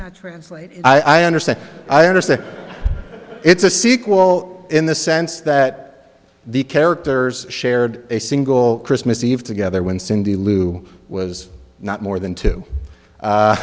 not translated i understand i understand it's a sequel in the sense that the characters shared a single christmas eve together when cindy lou was not more than two